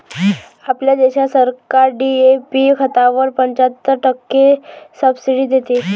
आपल्या देशात सरकार डी.ए.पी खतावर पंच्याहत्तर टक्के सब्सिडी देते